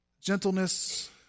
gentleness